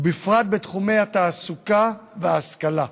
ובפרט בתחומי התעסוקה וההשכלה.